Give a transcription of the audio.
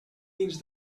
dins